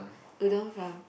udon from